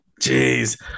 Jeez